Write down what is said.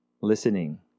listening